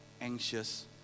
anxious